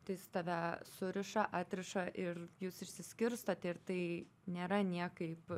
tai jis tave suriša atriša ir jūs išsiskirstot ir tai nėra niekaip